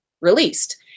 released